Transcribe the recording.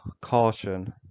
caution